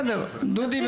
דודי,